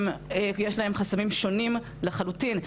שיש להן חסמים שונים לחלוטין.